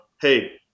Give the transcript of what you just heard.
hey